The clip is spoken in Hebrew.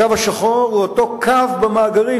הקו השחור הוא אותו קו במאגרים,